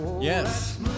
Yes